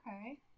Okay